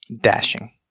dashing